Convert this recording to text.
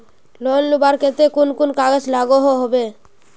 Loan लुबार केते कुन कुन कागज लागोहो होबे?